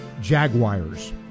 Jaguars